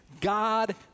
God